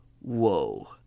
Whoa